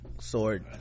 sword